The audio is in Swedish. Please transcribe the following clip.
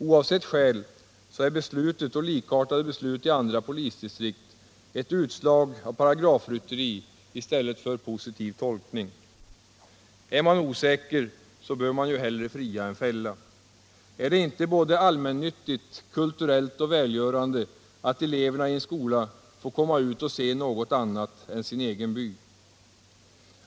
Oavsett skälen är beslutet och likartade beslut i andra polisdistrikt ett utslag av paragrafrytteri i stället för positiv tolkning. Är man osäker, så bör man ju hellre fria än fälla. Är det inte både allmännyttigt, kulturellt och välgörande att eleverna i en skola får komma ut och se något annat än sin egen by?